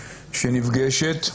שנפגשת.